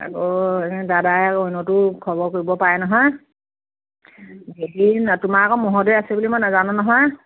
আকৌ দাদাই অন্যতো খবৰ কৰিব পাৰে নহয় হেৰি তোমাৰ আকৌ ম'হৰ দৈ আছে বুলি মই নাজানো নহয়